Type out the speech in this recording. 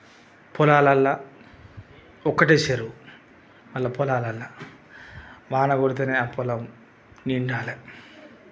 పొలాలల్ల ఒక్కటేశారు వాళ్ళ పొలాలల్ల వానపడితేనే ఆ పొలం నిండాలి